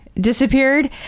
disappeared